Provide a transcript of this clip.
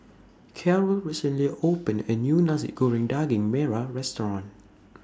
Caryl recently opened A New Nasi Goreng Daging Merah Restaurant